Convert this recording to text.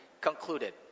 concluded